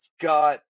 got